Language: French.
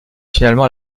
finalement